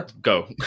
go